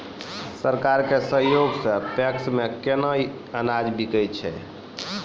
सरकार के सहयोग सऽ पैक्स मे केना अनाज बिकै छै?